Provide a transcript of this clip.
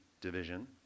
division